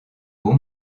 bon